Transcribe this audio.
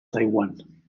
taiwan